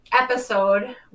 episode